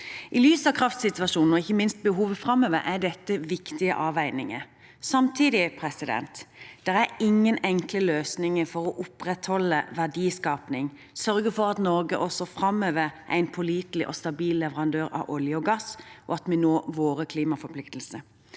I lys av kraftsituasjonen, og ikke minst behovet framover, er dette viktige avveininger. Samtidig er det ingen enkle løsninger for å opprettholde verdiskaping og sørge for at Norge også framover er en pålitelig og stabil leverandør av olje og gass, og at vi når våre klimaforpliktelser.